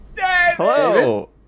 Hello